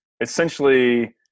essentially